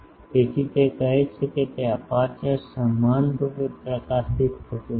તેથી તે કહે છે કે અપેર્ચર સમાનરૂપે પ્રકાશિત થતું નથી